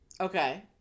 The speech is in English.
Okay